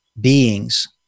beings